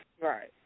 right